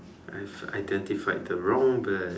I've identified the wrong bird